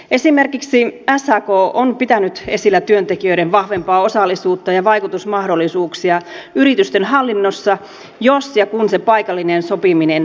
esimerkiksi sak on pitänyt esillä työntekijöiden vahvempaa osallisuutta ja vaikutusmahdollisuuksia yritysten hallinnossa jos ja kun se paikallinen sopiminen etenee